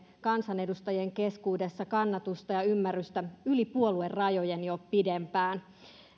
kansanedustajien keskuudessa kannatusta ja ymmärrystä yli puoluerajojen jo pidempään